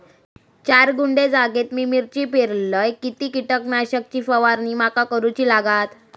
चार गुंठे जागेत मी मिरची पेरलय किती कीटक नाशक ची फवारणी माका करूची लागात?